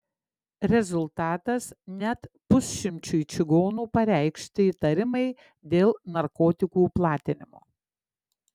rezultatas net pusšimčiui čigonų pareikšti įtarimai dėl narkotikų platinimo